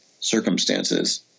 circumstances